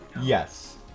Yes